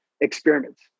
experiments